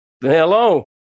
Hello